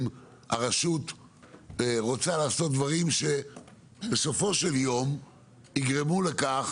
או כשהרשות רוצה לעשות דברים שבסופו של יום יגרמו לכך